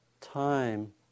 time